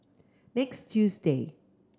next Tuesday